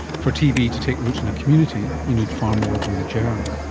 for tb to take root in a community, you need far more than the germ.